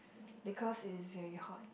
because it is very hot